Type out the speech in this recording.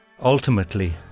Ultimately